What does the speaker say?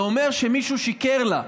זה אומר שמישהו שיקר לה,